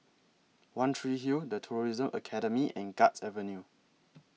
one Tree Hill The Tourism Academy and Guards Avenue